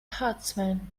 huntsman